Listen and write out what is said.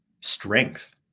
strength